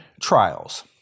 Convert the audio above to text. trials